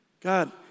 God